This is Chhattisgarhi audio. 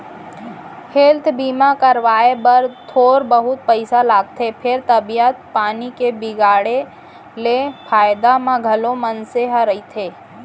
हेल्थ बीमा करवाए बर थोर बहुत पइसा लागथे फेर तबीयत पानी के बिगड़े ले फायदा म घलौ मनसे ह रहिथे